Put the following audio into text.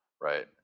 right